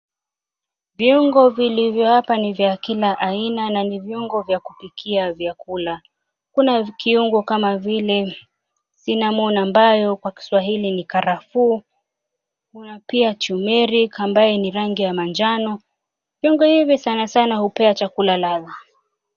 Viungo vilivyo hapa ni vya kila aina na ni viungo vya kupikia vyakula. Kuna kiungo kama vile cinnamon ambayo kwa kiswahili ni karafuu, kuna pia tumeric ambayo ni rangi ya manjano, viungo hivi sanasana hupea chakula ladha.